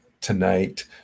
tonight